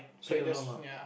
play around ah